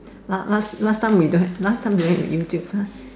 la~ last time last time we don't have last time don't have YouTube